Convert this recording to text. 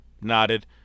nodded